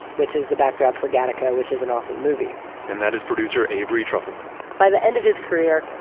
which is the backdrop for gattaca, which is an awesome movie and that is producer avery trufelman by the end of his career,